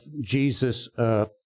Jesus